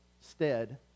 Stead